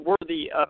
worthy